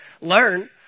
learn